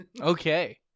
Okay